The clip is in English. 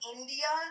India